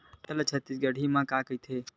टमाटर ला छत्तीसगढ़ी मा का कइथे?